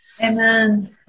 Amen